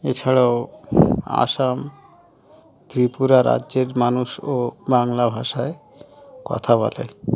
এছাড়াও আসাম ত্রিপুরা রাজ্যের মানুষও বাংলা ভাষায় কথা বলে